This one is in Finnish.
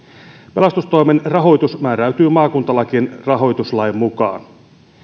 pelastustoimen rahoitus määräytyy maakuntalakien rahoituslain mukaan